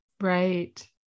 Right